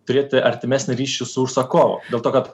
turėti artimesnį ryšį su užsakovu dėl to kad